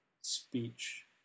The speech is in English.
speech